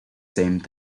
same